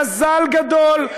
מזל גדול.